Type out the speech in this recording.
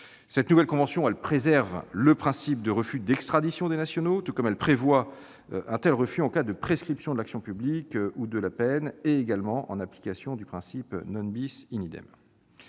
Cette nouvelle convention préserve le principe de refus d'extradition des nationaux tout comme elle prévoit un tel refus en cas de prescription de l'action publique ou de la peine, et également en application du principe. Afin